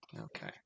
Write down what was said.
Okay